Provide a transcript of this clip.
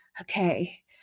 okay